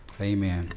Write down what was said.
Amen